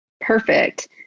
Perfect